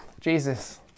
Jesus